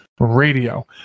Radio